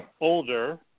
older